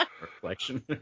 reflection